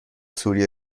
سوری